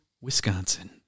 Wisconsin